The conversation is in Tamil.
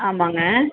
ஆமாங்க